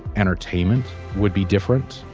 entertainment would be different.